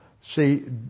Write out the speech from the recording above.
See